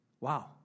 Wow